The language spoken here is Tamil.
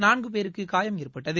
நான்கு பேருக்கு காயம் ஏற்பட்டது